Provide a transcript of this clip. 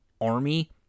Army